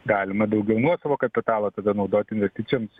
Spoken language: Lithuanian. galima daugiau nuosavo kapitalo tada naudot investicijoms